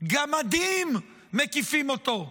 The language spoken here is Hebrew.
גמדים מקיפים אותו.